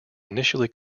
initially